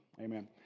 Amen